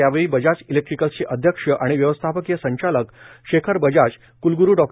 यावेळी बजाज इलेक्ट्रिकल्सचे अध्यक्ष आणि व्यवस्थापकीय संचालक शेखर बजाजर कलगुरु डॉ